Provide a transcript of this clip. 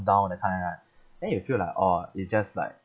down that kind right then you feel like orh it's just like